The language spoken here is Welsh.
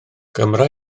gymra